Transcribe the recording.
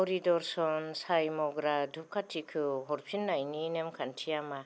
हरि दर्शन साइ मावग्रा धुप'खाथिखौ हरफिननायनि नेमखान्थिया मा